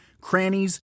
crannies